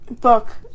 Book